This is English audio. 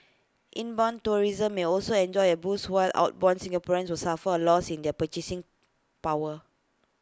inbound tourism may also enjoy A boost while outbound Singaporeans will suffer A loss in their purchasing power